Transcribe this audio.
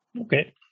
Okay